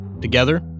Together